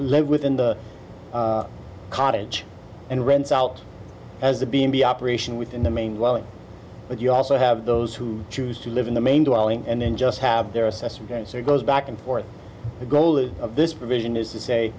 live within the cottage and rent out as the being the operation within the main well but you also have those who choose to live in the main dwelling and then just have their assessments or goes back and forth the goal is this provision is to say